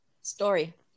story